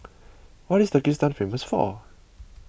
what is Turkmenistan famous for